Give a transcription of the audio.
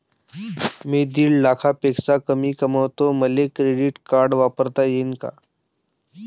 मी दीड लाखापेक्षा कमी कमवतो, मले क्रेडिट कार्ड वापरता येईन का?